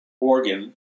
organ